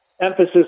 emphasis